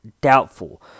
doubtful